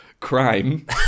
crime